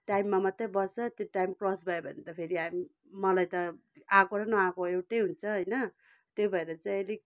टाइममा मात्रै बस्छ त्यो टाइम क्रस भयो भने त फेरि हामी मलाई त आएको र न आएको एउटै हुन्छ होइन त्यही भएर चाहिँ अलिक